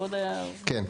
כן.